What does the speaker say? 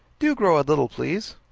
do grow a little, please.